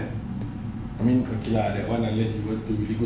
I mean okay lah that [one] I let people go to the extreme